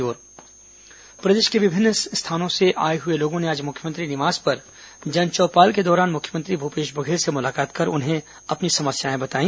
जन चौपाल प्रदेश के विभिन्न स्थानों से आए हुए लोगों ने आज मुख्यमंत्री निवास पर जन चौपाल के दौरान मुख्यमंत्री भूपेश बघेल से मुलाकात कर उन्हें अपनी समस्याएं बताई